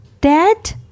Dad